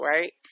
right